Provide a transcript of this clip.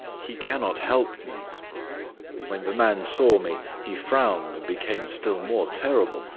he cannot help me when the man saw me he frowned and became still more terrible,